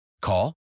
Call